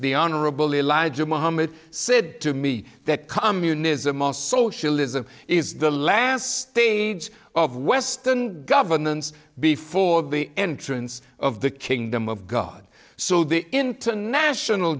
the honorable elijah muhammad said to me that communism or socialism is the last stage of western governance before the entrance of the kingdom of god so the international